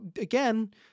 again